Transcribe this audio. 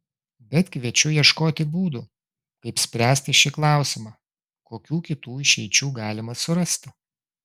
bet kviečiu ieškoti būdų kaip spręsti šį klausimą kokių kitų išeičių galima surasti